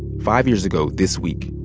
five years ago this week,